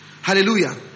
Hallelujah